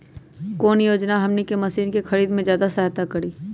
कौन योजना हमनी के मशीन के खरीद में ज्यादा सहायता करी?